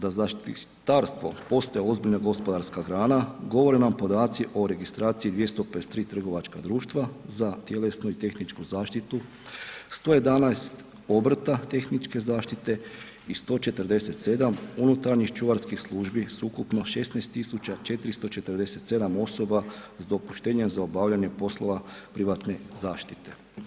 Da zaštitarstvo postaje ozbiljna gospodarska grana, govore nam podaci o registraciji 253 trgovačka društva za tjelesnu i tehničku zaštitu, 111 obrta tehničke zaštite i 147 unutarnjih čuvarnih službi s ukupno 16 447 osoba s dopuštenjem za obavljanje poslova privatne zaštite.